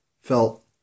felt